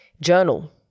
Journal